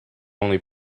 only